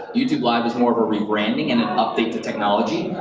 youtube live was more of a rebranding and an update to technology.